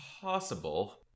Possible